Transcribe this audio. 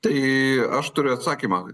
tai aš turiu atsakymą